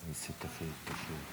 שתביא את כל החטופים